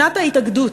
שנת ההתאגדות,